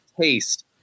taste